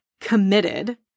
committed